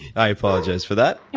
i apologize for that.